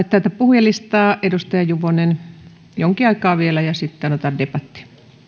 tätä puhujalistaa edustaja juvonen jonkin aikaa vielä ja sitten otetaan debatti